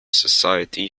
society